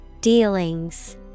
Dealings